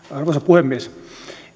arvoisa puhemies